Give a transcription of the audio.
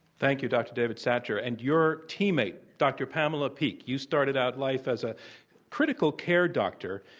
thank you, dr. david satcher. and your teammate, dr. pamela peeke, you started out life as a critical care doctor,